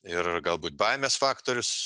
ir galbūt baimės faktorius